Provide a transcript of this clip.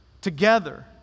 together